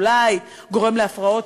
אולי גורם להפרעות